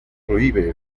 prohíbe